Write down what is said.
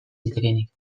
zitekeenik